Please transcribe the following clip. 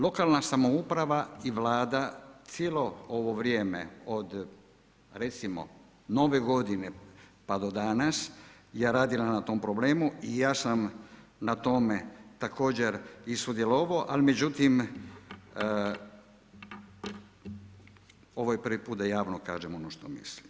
Lokalna samouprava i Vlada cijelo ovo vrijeme od recimo Nove godine pa do danas je radila na tom problemu i ja sam na tome također i sudjelovao ali međutim ovo je prvi put da javno kažem ono što mislim.